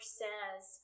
says